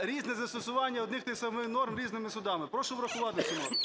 різне застосування одних тих самих норм різними судами. Прошу врахувати цю норму.